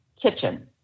kitchen